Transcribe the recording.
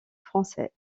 français